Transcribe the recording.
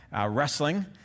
wrestling